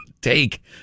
take